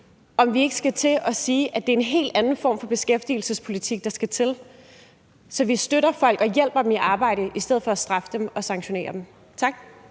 og om ikke vi skal til at sige, at det er en helt anden form for beskæftigelsespolitik, der skal til, så vi støtter folk og hjælper dem i arbejde i stedet for at straffe dem og sanktionere dem. Tak.